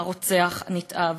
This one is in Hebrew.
הרוצח הנתעב?